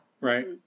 Right